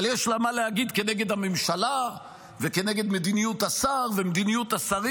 אבל יש לה מה להגיד כנגד הממשלה וכנגד מדיניות השר ומדיניות השרים.